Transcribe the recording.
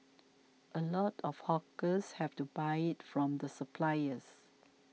a lot of hawkers have to buy it from the suppliers